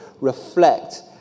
reflect